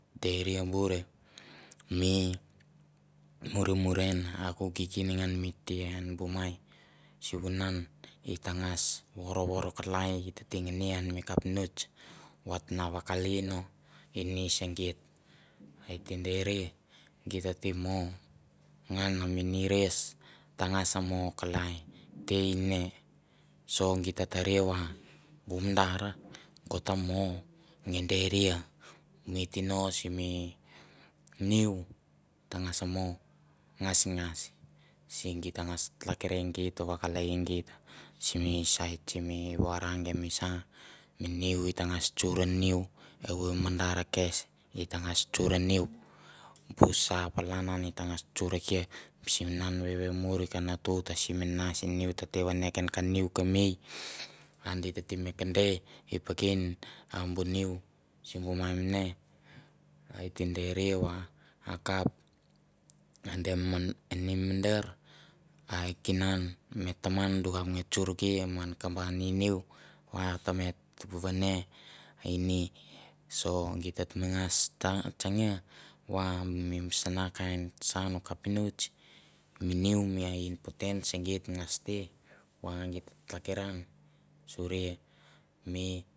Deria bur e mi muremurin a ko kikin ngan mi ti an bu mai, sivunan i tangas vorvor kalai i tete ngene ian mi kapinots vat na vakalaia no ini dse geit, ai te deria geit ta te mo ngan mi nires tangas mo kalai tei ne. So geit ta taria va bu mandar go ta mo nge deria mi tino simi niu tangas mo ngasngas se geit tangas t'lekara geit vakalaia geit simi sait simi varange mi sa, mi niu i tangas tsor niu evoi mandar kes i tangas tsor niu, bu sa palan an i tangas tsorkia sivunan vevemuer ka na tu ta si me nas niu, tete vane ken ka niu ka mei a di tete mi kende i peken a bu niu simbu mai mane a it te deria va akap a de mi ni mi mandar, a e kinan ma e taman do kap nge tsorke men kamba ni niu va teme vene ini so gito te ngas tsenge va mi sana kain saun kapinots, mi niu a important se geit ngas te va geit ta tlakiran suria mi.